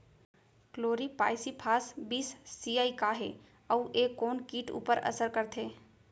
Chlorpyrifos बीस CE का हे अऊ ए कोन किट ऊपर असर करथे?